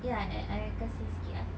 ya I I kasi sikit ah